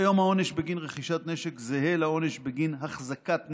כיום העונש בגין רכישת נשק זהה לעונש בגין החזקת נשק,